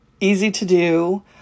easy-to-do